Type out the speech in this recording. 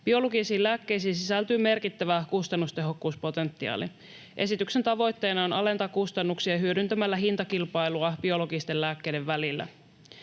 Biologisiin lääkkeisiin sisältyy merkittävä kustannustehokkuuspotentiaali. Esityksen tavoitteena on alentaa kustannuksia hyödyntämällä hintakilpailua biologisten lääkkeiden välillä.